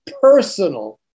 personal